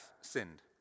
sinned